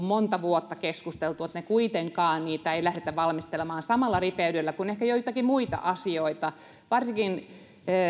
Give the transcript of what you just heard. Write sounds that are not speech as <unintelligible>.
<unintelligible> monta vuotta keskusteltu ei kuitenkaan lähdetä valmistelemaan samalla ripeydellä kuin ehkä joitakin muita asioita varsinkin